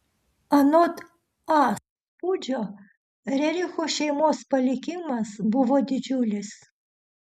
anot a spūdžio rerichų šeimos palikimas buvo didžiulis